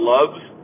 Love's